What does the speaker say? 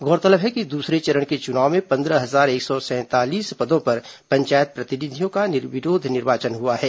गौरतलब है कि दूसरे चरण के चुनाव में पंद्रह हजार एक सौ सैंतालीस पदों पर पंचायत प्रतिनिधियों का निर्विरोध निर्वाचन हुआ है